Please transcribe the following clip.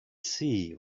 see